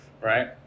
right